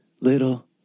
little